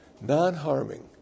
Non-harming